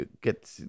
get